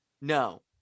No